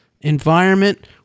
environment